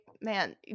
man